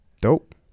Dope